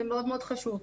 זה מאוד מאוד חשוב.